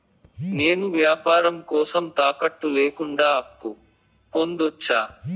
నేను వ్యాపారం కోసం తాకట్టు లేకుండా అప్పు పొందొచ్చా?